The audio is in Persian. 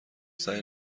سعی